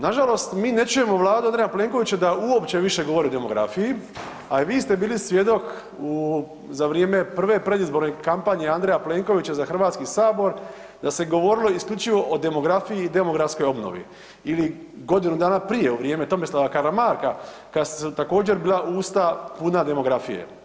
Nažalost, mi ne čujemo Vladu Andreja Plenkovića da uopće više govori o demografiji, a i vi ste bili svjedok za vrijeme prve predizborne kampanje Andreja Plenkovića za HS da se govorilo isključivo o demografiji i demografskoj obnovi ili godinu dana prije u vrijeme Tomislava Karamarka kada su također bila usta puna demografije.